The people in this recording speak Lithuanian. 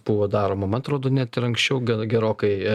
buvo daroma man atrodo net ir anksčiau gana gerokai